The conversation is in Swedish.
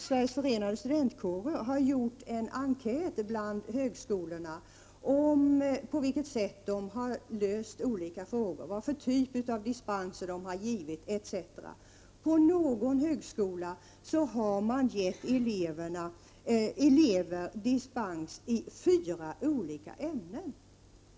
Sveriges förenade studentkårer har gjort en enkät bland högskolorna om på vilket sätt de har löst olika frågor, vilken typ av dispenser de har gett osv. På någon högskola har man gett elever dispens i fyra olika ämnen.